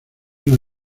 una